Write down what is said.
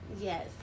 yes